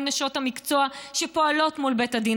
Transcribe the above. הן נשות המקצוע שפועלות מול בית הדין